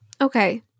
Okay